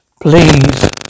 Please